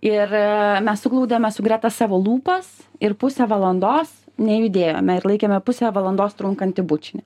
ir mes suglaudėme su greta savo lūpas ir pusę valandos nejudėjome ir laikėme pusę valandos trunkantį bučinį